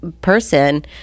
person